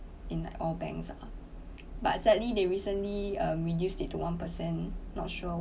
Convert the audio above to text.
in all banks ah but sadly they recently uh reduced it to one percent not sure